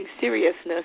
seriousness